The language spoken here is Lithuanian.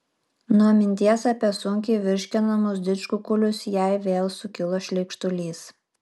nuo minties apie sunkiai virškinamus didžkukulius jai vėl sukilo šleikštulys